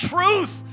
Truth